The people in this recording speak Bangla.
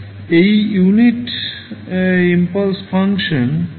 এই ইউনিট ইম্পালস ফাংশন সাহায্যে এই ঘটনাটিও উপস্থাপন করা যেতে পারে